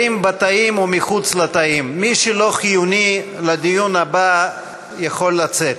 לתאים, מי שלא חיוני לדיון הבא יכול לצאת,